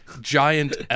giant